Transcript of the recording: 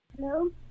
Hello